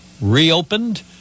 reopened